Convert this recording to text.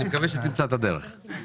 כאשר אנחנו בונים